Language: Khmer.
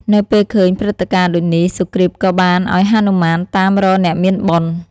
នៅពេលឃើញព្រឹត្តិការណ៍ដូចនេះ សុគ្រីពក៏បាន ឱ្យហនុមានតាមរកអ្នកមានបុណ្យ ។